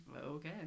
Okay